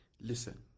Listen